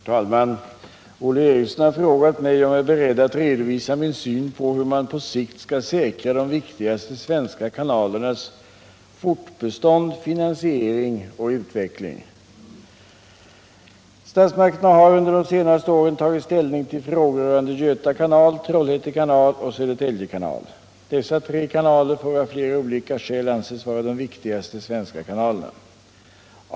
Herr talman! Olle Eriksson har frågat mig om jag är beredd att redovisa min syn på hur man på sikt skall säkra de viktigaste svenska kanalernas fortbestånd, finansiering och utveckling. Statsmakterna har under de senste åren tagit ställning till frågor rörande Göta kanal, Trollhätte kanal och Södertälje kanal. Dessa tre kanaler får av flera olika skäl anses vara de viktigaste svenska kanalerna.